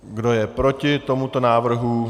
Kdo je proti tomuto návrhu?